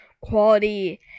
quality